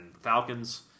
Falcons